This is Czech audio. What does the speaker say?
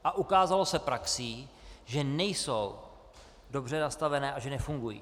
A ukázalo se praxí, že nejsou dobře nastavené a že nefungují.